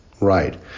right